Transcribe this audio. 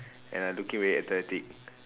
and I looking very athletic